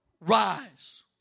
Rise